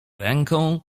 ręką